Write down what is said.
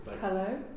Hello